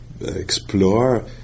explore